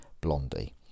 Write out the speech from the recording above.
blondie